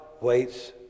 waits